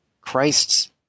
Christ's